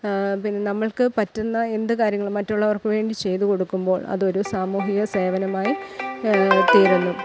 പിന്നെ നമ്മൾക്ക് പറ്റുന്ന എന്ത് കാര്യങ്ങളും മറ്റുള്ളവർക്ക് വേണ്ടി ചെയ്തു കൊടുക്കുമ്പോൾ അതൊരു സാമൂഹിക സേവനമായി തീരുന്നു